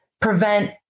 prevent